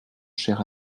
cher